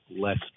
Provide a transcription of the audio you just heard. less